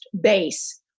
base